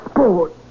Sport